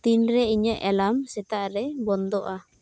ᱛᱤᱱᱨᱮ ᱤᱧᱟᱹᱜ ᱮᱞᱟᱨᱢ ᱥᱮᱛᱟᱜ ᱨᱮ ᱵᱚᱱᱫᱚᱜᱼᱟ